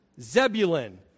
Zebulun